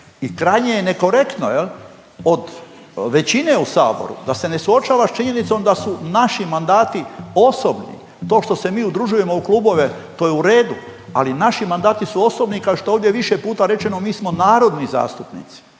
i krajnje je nekorektno od većine u Saboru da se ne suočava sa činjenicom da su naši mandati osobni. To što se mi udružujemo u klubove to je u redu, ali naši mandati su osobni kao što je ovdje više puta rečeno mi smo narodni zastupnici.